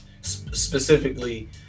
specifically